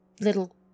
little